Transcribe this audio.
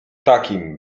takim